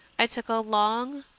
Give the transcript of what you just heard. i took a long,